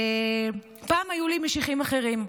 פעם היו לי משיחיים אחרים.